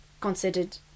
considered